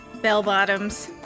Bell-bottoms